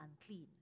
unclean